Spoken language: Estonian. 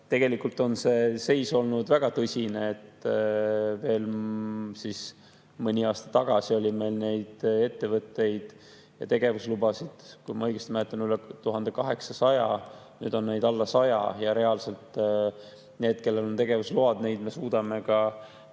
tegelikult olnud väga tõsine. Veel mõni aasta tagasi oli meil neid ettevõtteid ja tegevuslubasid, kui ma õigesti mäletan, üle 1800. Nüüd on neid alla 100 ja neid, kellel on tegevusload, me suudame